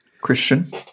Christian